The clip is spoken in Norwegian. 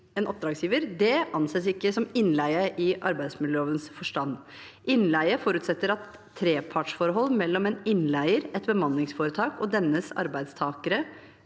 en oppdragsgiver, anses ikke som innleie i arbeidsmiljølovens forstand. Innleie forutsetter at et trepartsforhold mellom en innleier, et bemanningsforetak og dennes arbeidstakere